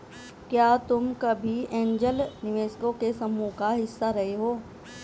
क्या तुम कभी ऐन्जल निवेशकों के समूह का हिस्सा रहे हो?